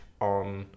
on